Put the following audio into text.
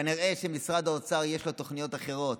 כנראה שלמשרד האוצר יש תוכניות אחרות.